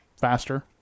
faster